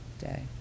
day